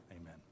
amen